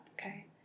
okay